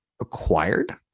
acquired